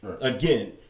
Again